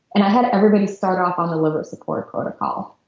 and i had everybody start off on the liver support protocol.